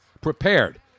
prepared